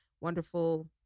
wonderful